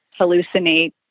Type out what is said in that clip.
hallucinate